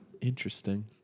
interesting